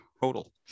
total